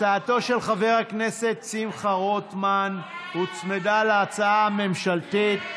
הצעתו של חבר הכנסת שמחה רוטמן הוצמדה להצעה הממשלתית.